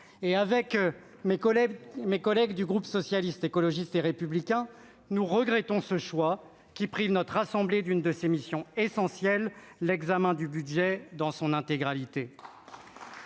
Avec mes collègues du groupe Socialiste, Écologiste et Républicain, nous regrettons un tel choix, qui prive notre assemblée d'une de ses missions essentielles : l'examen du budget dans son intégralité.